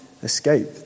Escape